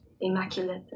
immaculate